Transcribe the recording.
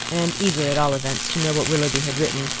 and eager at all events to know what willoughby had written,